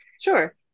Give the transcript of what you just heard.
Sure